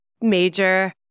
major